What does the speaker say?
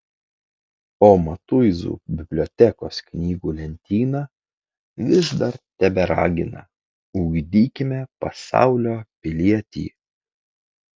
o matuizų bibliotekos knygų lentyna vis dar teberagina ugdykime pasaulio pilietį